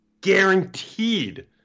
guaranteed